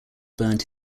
burned